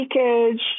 leakage